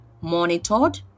monitored